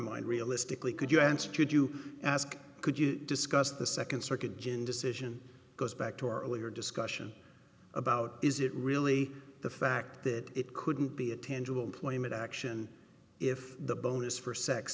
mind realistically could you answer could you ask could you discuss the second circuit gen decision goes back to our earlier discussion about is it really the fact that it couldn't be a tangible employment action if the bonus for sex